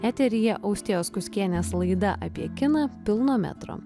eteryje austėjos kuckienės laida apie kiną pilno metro